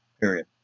period